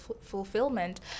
fulfillment